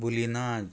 बुलिनाज